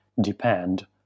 depend